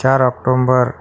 चार अक्टोंबर